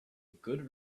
good